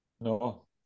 No